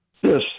Yes